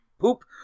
poop